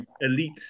elite